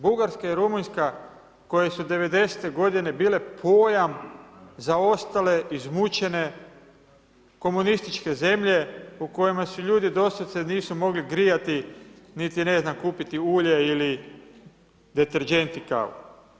Bugarska i Rumunjska koje su '90.-te godine bile pojama za ostale izmučene komunističke zemlje u kojima se ljudi doslovce nisu mogli grijati niti ne znam kupiti ulje ili deterdžent i kavu.